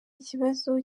ikibazo